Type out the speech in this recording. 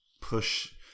push